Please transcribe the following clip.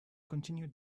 continued